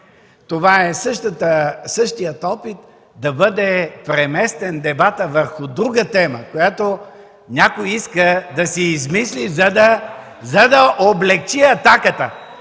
Това е същият опит да бъде преместен дебатът върху друга тема, която някой иска да си измисли, за да облекчи атаката.